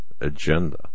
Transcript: agenda